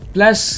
Plus